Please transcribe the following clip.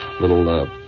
little